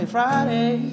Friday